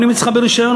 בונים אצלך בלי רישיון,